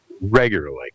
regularly